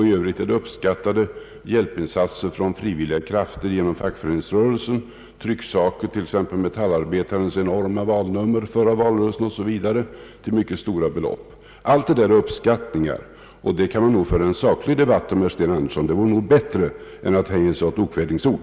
I övrigt är det beräknade hjälpinsatser från frivilliga krafter genom fackföreningsrörelsen, trycksaker, t.ex. Metallarbetarens enorma valnummer under förra valrö relsen, till mycket stora belopp o.s.v. Allt detia är uppskattningar och det kan man nog föra en saklig debatt om, herr Sten Andersson; Det vore bättre än att hänge sig åt okvädinsord.